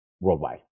worldwide